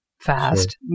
fast